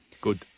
Good